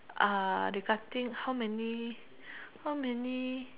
regarding how many how many